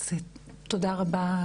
תודה רבה,